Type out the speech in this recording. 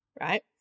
right